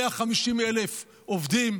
150,000 עובדים,